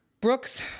Brooks